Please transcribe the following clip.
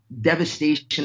devastation